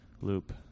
loop